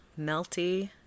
melty